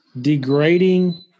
degrading